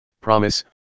Promise